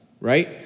right